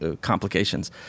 complications